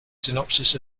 synopsis